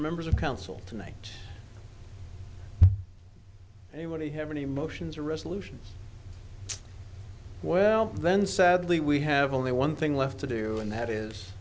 members of council tonight anybody have any emotions or resolution well then sadly we have only one thing left to do and that is